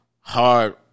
hard